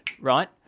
right